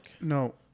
No